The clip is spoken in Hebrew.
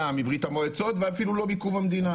תאמרו לי בבקשה,